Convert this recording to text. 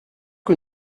que